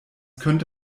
könnte